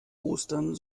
ostern